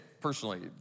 personally